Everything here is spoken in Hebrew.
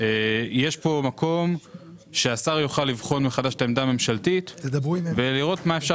יש כאן מקום שהשר יוכל לבחון מחדש את העמדה הממשלתית ולראות מה אפשר